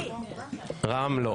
רע"מ לא.